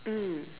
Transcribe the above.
mm